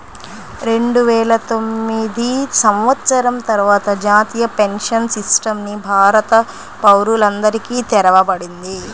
రెండువేల తొమ్మిది సంవత్సరం తర్వాత జాతీయ పెన్షన్ సిస్టమ్ ని భారత పౌరులందరికీ తెరవబడింది